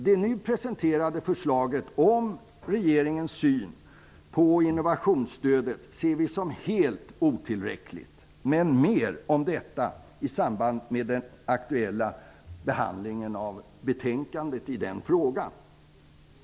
Det förslag om innovationsstöd som regeringen har presenterat anser vi är helt otillräckligt. Jag kommer att säga mer om detta i samband med behandlingen av det aktuella betänkandet i den frågan.